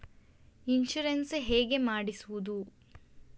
Insurance ಹೇಗೆ ಮಾಡಿಸುವುದು?